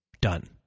done